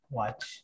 watch